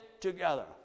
together